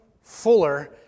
fuller